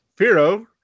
Firo